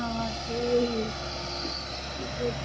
हाँ तो वही वह